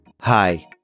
Hi